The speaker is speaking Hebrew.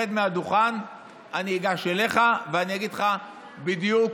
אני אגש אליך ואני אגיד לך בדיוק